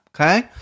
okay